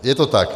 Je to tak?